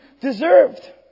deserved